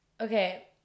Okay